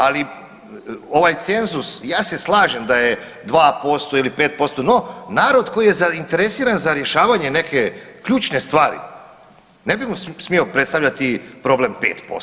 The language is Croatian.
Ali ovaj cenzus, ja se slažem da je 2% ili 5%, no narod koji je zainteresiran za rješavanje neke ključne stvari ne bi mu smio predstavljati problem 5%